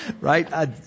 Right